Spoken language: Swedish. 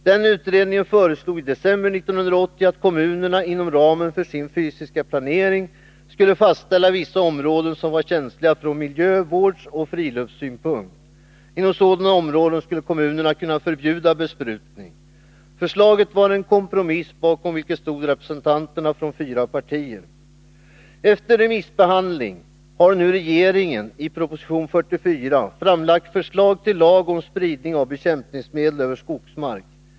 Denna utredning föreslog i december 1980 att kommunerna inom ramen för sin fysiska planering skulle fastställa vilka områden som var känsliga från miljövårdsoch friluftssynpunkt. Inom sådana områden skulle kommunerna kunna förbjuda besprutning. Förslaget var en kompromiss, bakom vilken stod representanterna från fyra partier. Efter remissbehandling har nu regeringen i proposition 44 framlagt förslag till lag om spridning av bekämpningsmedel över skogsmark.